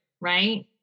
Right